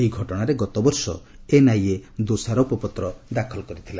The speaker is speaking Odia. ଏହି ଘଟଣାରେ ଗତବର୍ଷ ଏନ୍ଆଇଏ ଦୋଷାରୋପ ପତ୍ର ଦାଖଲ କରିଥିଲା